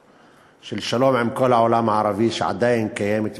של שלום עם כל העולם הערבי, שעדיין קיימת ותקפה,